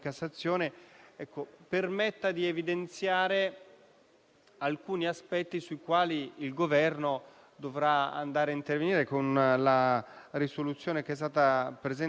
C'è un tema legato all'impiantistica, con alcune carenze che sono state evidenziate nell'indagine della Commissione,